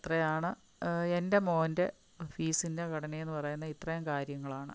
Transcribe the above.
അത്രയാണ് എൻ്റെ മോൻ്റെ ഫീസിൻ്റെ ഘടനന്ന് പറയുന്ന ഇത്രേം കാര്യങ്ങളാണ്